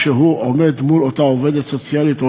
כשהוא עומד מול אותה עובדת סוציאלית או